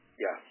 Yes